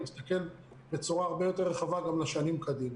ולהסתכל בצורה הרבה יותר רחבה גם לשנים קדימה.